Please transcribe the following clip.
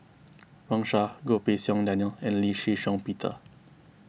Wang Sha Goh Pei Siong Daniel and Lee Shih Shiong Peter